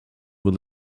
will